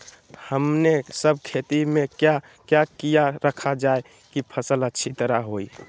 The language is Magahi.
हमने सब खेती में क्या क्या किया रखा जाए की फसल अच्छी तरह होई?